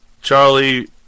Charlie